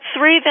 three